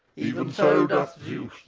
even so doth zeus,